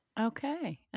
Okay